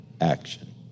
action